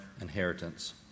inheritance